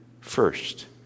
first